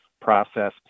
process